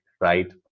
right